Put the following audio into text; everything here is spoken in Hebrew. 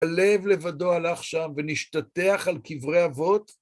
הלב לבדו הלך שם, ונשתטח על קברי אבות.